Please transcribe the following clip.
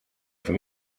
from